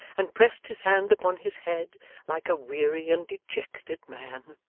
and pressed his hand upon his head like a weary and dejected man.